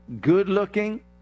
good-looking